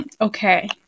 Okay